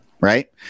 Right